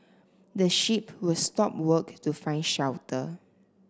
the sheep will stop work to find shelter